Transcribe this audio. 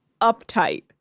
uptight